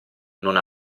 non